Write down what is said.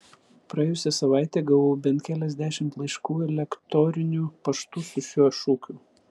praėjusią savaitę gavau bent keliasdešimt laiškų elektoriniu paštu su šiuo šūkiu